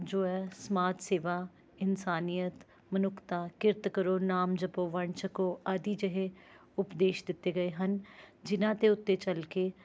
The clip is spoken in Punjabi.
ਜੋ ਹੈ ਸਮਾਜ ਸੇਵਾ ਇਨਸਾਨੀਅਤ ਮਨੁੱਖਤਾ ਕਿਰਤ ਕਰੋ ਨਾਮ ਜਪੋ ਵੰਡ ਛਕੋ ਆਦਿ ਜਿਹੇ ਉਪਦੇਸ਼ ਦਿੱਤੇ ਗਏ ਹਨ ਜਿਨ੍ਹਾਂ ਦੇ ਉੱਤੇ ਚੱਲ ਕੇ